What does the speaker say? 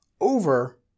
over